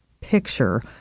picture